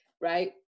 right